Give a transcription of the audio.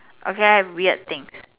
okay weird things